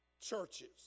churches